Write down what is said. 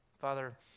Father